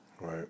Right